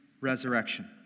Resurrection